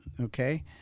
Okay